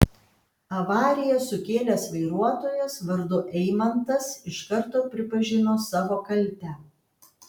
avariją sukėlęs vairuotojas vardu eimantas iš karto pripažino savo kaltę